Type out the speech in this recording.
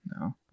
No